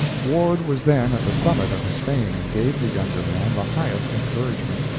ward was then at the summit of his fame, and gave the younger man the highest encouragement,